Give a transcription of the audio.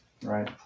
Right